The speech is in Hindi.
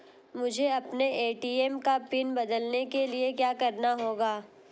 मुझे अपने ए.टी.एम का पिन बदलने के लिए क्या करना होगा?